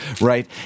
right